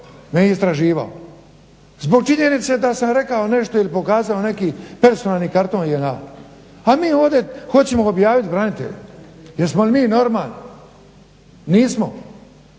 me istraživao zbog činjenice da sam rekao nešto ili pokazao neki personalni karton JNA. A mi ovdje hoćemo objaviti branitelje. Jesmo li mi normalni? Nismo,